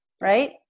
right